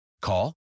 Call